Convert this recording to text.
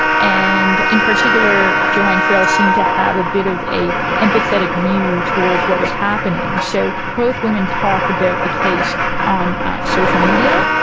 and in particular joanne fraill seemed to have a bit of an empathetic view towards what was happening. so both women talked about the case on social media.